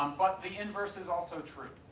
um but the inverse is also true.